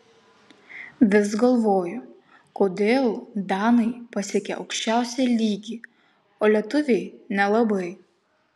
vis galvoju kodėl danai pasiekią aukščiausią lygį o lietuviai nelabai